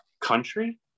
country